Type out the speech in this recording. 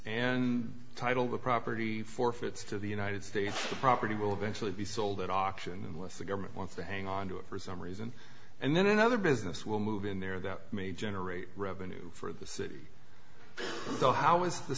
and title the property forfeits to the united states the property will eventually be sold at auction with the government wants to hang onto it for some reason and then another business will move in there that may generate revenue for the city so how is the